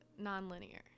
nonlinear